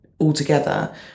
altogether